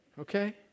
okay